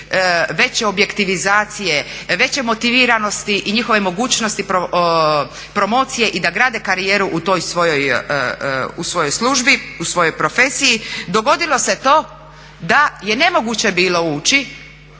veće objektivizacije, veće motiviranosti i njihove mogućnosti promocije i da grade karijeru u svojoj službi, u svojoj profesiji dogodilo se to da je nemoguće bilo uči